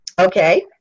Okay